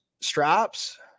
straps